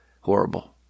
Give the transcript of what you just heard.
horrible